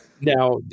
Now